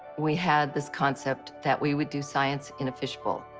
we had this concept that we would do science in a fish bowl.